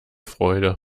freude